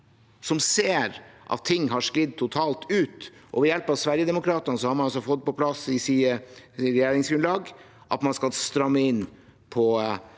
som ser at ting har sklidd totalt ut. Ved hjelp av Sverigedemokraterna har man altså fått på plass i sitt regjeringsgrunnlag at man skal stramme inn på